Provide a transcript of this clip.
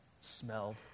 smelled